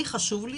לי חשוב,